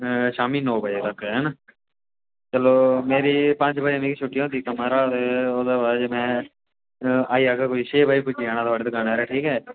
अ शाम्मी नौ बजे तगर हैना ते चलो मेरी पंज बजे मिगी छुट्टी होंदी कम्मै परा ते ओह्दे बाद जे मैं आई जाह्गा कोई छे बजे पुज्जी जाना थुआढ़ी दकानै पर ठीक ऐ